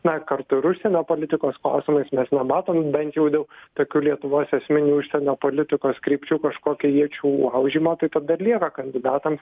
na kartu ir užsienio politikos klausimais mes nematom bent jau dėl tokių lietuvos esminių užsienio politikos krypčių kažkokio iečių laužymo tai tada ir lieka kandidatam